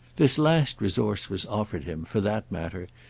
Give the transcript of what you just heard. this last resource was offered him, for that matter,